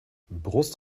brust